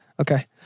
Okay